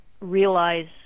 realize